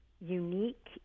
unique